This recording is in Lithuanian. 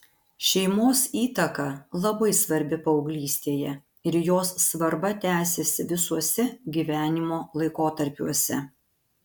šeimos įtaka labai svarbi paauglystėje ir jos svarba tęsiasi visuose gyvenimo laikotarpiuose